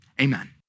Amen